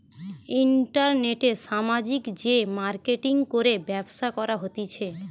ইন্টারনেটে সামাজিক যে মার্কেটিঙ করে ব্যবসা করা হতিছে